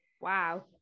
wow